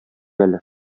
әле